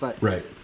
Right